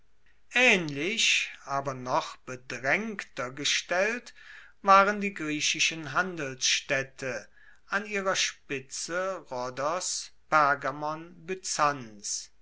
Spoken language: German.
aehnlich aber noch bedraengter gestellt waren die griechischen handelsstaedte an ihrer spitze rhodos